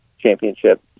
championship